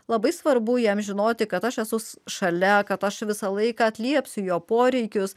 labai svarbu jam žinoti kad aš esu šalia kad aš visą laiką liepsiu jo poreikius